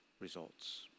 results